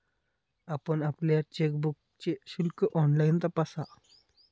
आपण आपल्या चेकबुकचे शुल्क ऑनलाइन तपासा